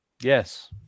Yes